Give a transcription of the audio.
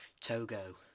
Togo